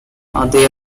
they